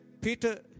Peter